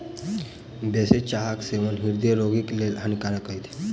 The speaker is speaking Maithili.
बेसी चाहक सेवन हृदय रोगीक लेल हानिकारक अछि